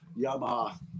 Yamaha